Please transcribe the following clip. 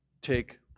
take